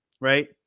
right